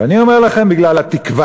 ואני אומר לכם, בגלל התקווה.